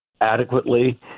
adequately